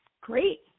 Great